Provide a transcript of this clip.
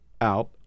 out